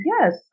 Yes